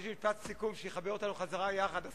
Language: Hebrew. יש לי משפט סיכום שיחבר אותנו חזרה יחד,